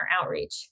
outreach